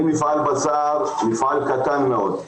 אני מפעל בשר, מפעל קטן מאוד.